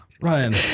ryan